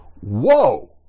Whoa